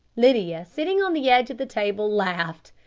lydia, sitting on the edge of the table, laughed.